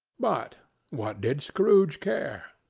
but what did scrooge care!